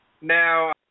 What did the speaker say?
Now